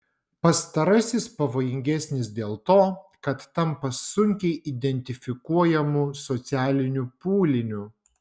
pastarasis pavojingesnis dėl to kad tampa sunkiai identifikuojamu socialiniu pūliniu